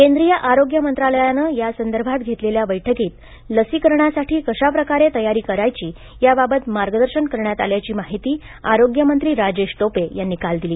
केंद्रीय आरोग्य मंत्रालयाने संदर्भात घेतलेल्या बैठकीत लसीकरणासाठी कशाप्रकारे तयारी करायची याबाबत मार्गदर्शन करण्यात आल्याची माहिती आरोग्यमंत्री राजेश टोपे यांनी काल दिली